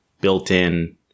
built-in